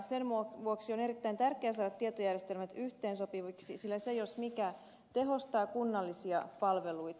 sen vuoksi on erittäin tärkeää saada tietojärjestelmät yhteensopiviksi sillä se jos mikä tehostaa kunnallisia palveluita